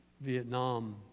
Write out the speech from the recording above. Vietnam